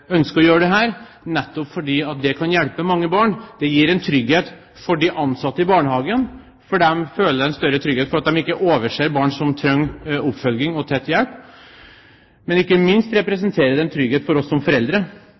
ønsker å gjøre dette nettopp fordi det kan hjelpe mange barn. Det gir trygghet for de ansatte i barnehagen, slik at de føler større trygghet for at de ikke overser barn som trenger oppfølging og tett hjelp, og ikke minst representerer det en trygghet for oss som foreldre.